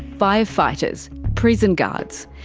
firefighters, prison guards.